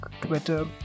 Twitter